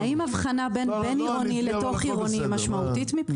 האם הבחנה בין בין-עירוני לתוך-עירוני משמעותית מבחינתכם?